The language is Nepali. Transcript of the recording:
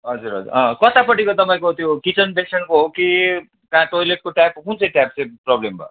हजुर हजुर अँ कत्तापट्टिको तपाईँको त्यो किचन बेसिनको हो कि या टोइलेटको ट्याप कुन चाहिँ ट्याप चाहिँ प्रब्लम भयो